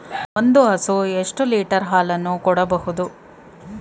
ಒಂದು ಹಸು ಎಷ್ಟು ಲೀಟರ್ ಹಾಲನ್ನು ಕೊಡಬಹುದು?